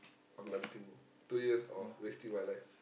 of nothing two years of wasting my life